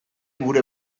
gure